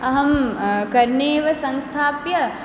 अहं कर्णे एव संस्थाप्य